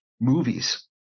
movies